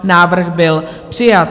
Návrh byl přijat.